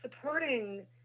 supporting